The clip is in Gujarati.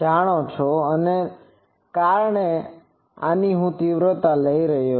જાણો છો અને કારણ કે હું તીવ્રતા લઈ રહ્યો છું